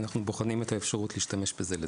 ואנחנו בוחנים את האפשרות להשתמש בזה לזה.